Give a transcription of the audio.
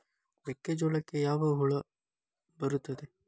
ಮೆಕ್ಕೆಜೋಳಕ್ಕೆ ಯಾವ ಹುಳ ಬರುತ್ತದೆ?